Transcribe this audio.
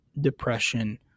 depression